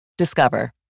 Discover